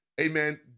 amen